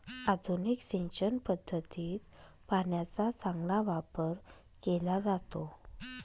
आधुनिक सिंचन पद्धतीत पाण्याचा चांगला वापर केला जातो